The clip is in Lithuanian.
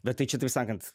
bet tai čia taip sakant